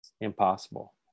impossible